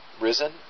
risen